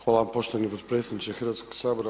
Hvala vam poštovani podpredsjedniče Hrvatskog sabora.